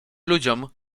ludziom